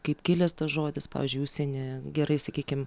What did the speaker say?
kaip kilęs žodis pavyzdžiui užsieny gerai sakykim